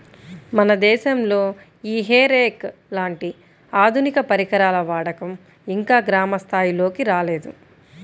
మన దేశంలో ఈ హే రేక్ లాంటి ఆధునిక పరికరాల వాడకం ఇంకా గ్రామ స్థాయిల్లోకి రాలేదు